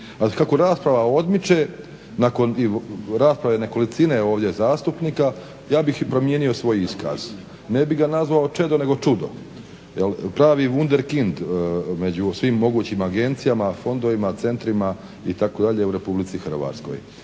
kako rasprava odmiče nakon rasprave i nekolicine ovdje zastupnika ja bih promijenio svoj iskaz. Ne bih ga nazvao čedo, nego čudo, jel' pravi wunder kind među svim mogućim agencijama, fondovima, centrima itd. u Republici Hrvatskoj.